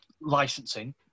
licensing